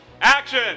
action